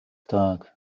tak